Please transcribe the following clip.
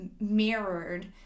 mirrored